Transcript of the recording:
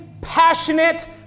passionate